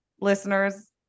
listeners